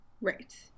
Right